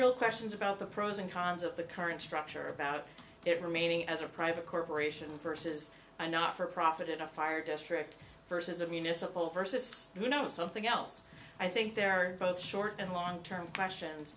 real questions about the pros and cons of the current structure about their meeting as a private corporation versus i not for profit in a fire district versus a municipal versus you know something else i think there are both short and long term questions